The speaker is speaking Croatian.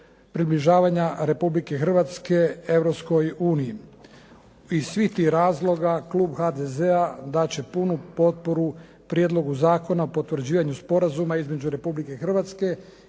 približavanja Republike Hrvatske Europskoj uniji. Iz svih tih razloga klub HDZ-a dati će punu potporu Prijedlogu zakona o potvrđivanju sporazuma između Republike Hrvatske i